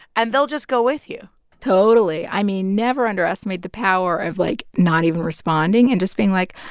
and they'll just go with you totally. i mean, never underestimate the power of, like, not even responding and just being, like,